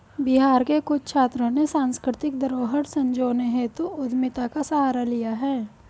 बिहार के कुछ छात्रों ने सांस्कृतिक धरोहर संजोने हेतु उद्यमिता का सहारा लिया है